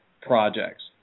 projects